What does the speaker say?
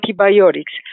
antibiotics